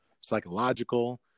psychological